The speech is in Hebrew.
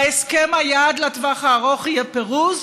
בהסכם היעד לטווח הארוך יהיה פירוז,